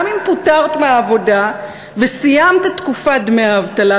אם פוטרת מהעבודה וסיימת את תקופת דמי האבטלה,